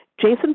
Jason